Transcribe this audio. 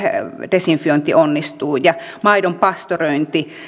desinfiointi onnistuu ja maidon pastörointi